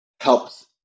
helps